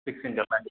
six ഇഞ്ചല്ലേ